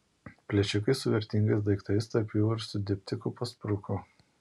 plėšikai su vertingais daiktais tarp jų ir su diptiku paspruko